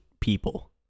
people